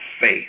faith